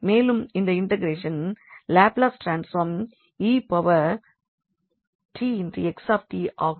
மேலும் இந்த இன்டெக்ரண்டின் லாப்லஸ் ட்ரான்ஸ்பார்ம் 𝑒𝑡𝑥𝑡 ஆகும்